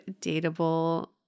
Dateable